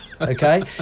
Okay